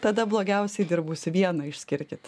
tada blogiausiai dirbusį viena išskirkit